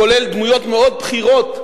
כולל דמויות מאוד בכירות,